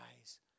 eyes